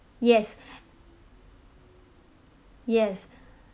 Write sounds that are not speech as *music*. yes *breath* yes *breath*